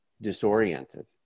disoriented